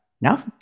now